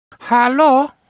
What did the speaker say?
Hello